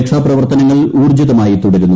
രക്ഷാപ്രവർത്തന ങ്ങൾ ഊർജിതമായി തുടരുന്നു